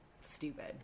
stupid